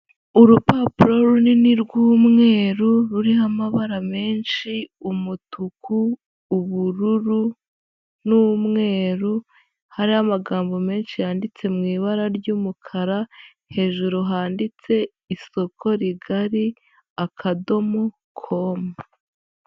Urupapuro runini rw'umweru ruriho amabara menshi: umutuku, ubururu, n'umweru. Hariho amagambo menshi yanditse mu ibara ry'umukara. Hejuru handitse isoko rigari akadomo komu.